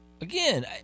again